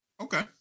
Okay